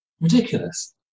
Ridiculous